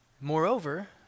moreover